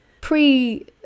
pre